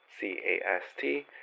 C-A-S-T